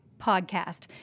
podcast